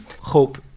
hope